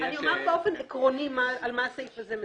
אומר באופן עקרוני על מה הסעיף הזה מדבר.